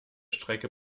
strecke